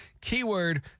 keyword